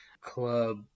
club